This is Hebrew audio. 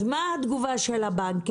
אז מה הייתה התגובה של הבנקים?